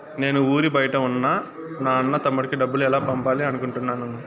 నేను ఊరి బయట ఉన్న నా అన్న, తమ్ముడికి డబ్బులు పంపాలి అనుకుంటున్నాను